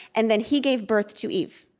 and then he gave birth to eve.